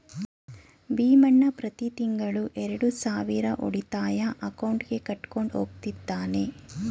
ಭೀಮಣ್ಣ ಪ್ರತಿ ತಿಂಗಳು ಎರಡು ಸಾವಿರ ಉಳಿತಾಯ ಅಕೌಂಟ್ಗೆ ಕಟ್ಕೊಂಡು ಹೋಗ್ತಿದ್ದಾನೆ